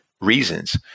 reasons